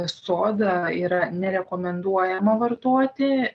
soda yra nerekomenduojama vartoti